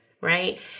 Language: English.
right